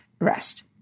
rest